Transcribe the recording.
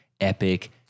epic